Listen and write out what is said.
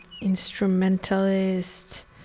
instrumentalist